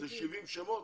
אלה 70 שמות?